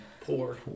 poor